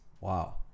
Wow